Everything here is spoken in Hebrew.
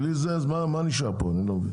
בלי זה אז מה נשאר פה, אני לא מבין.